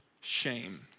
shame